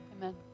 Amen